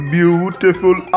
beautiful